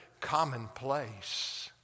commonplace